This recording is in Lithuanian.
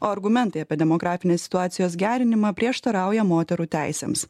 o argumentai apie demografinį situacijos gerinimą prieštarauja moterų teisėms